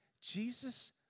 Jesus